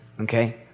okay